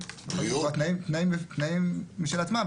יש תנאים משל עצמם,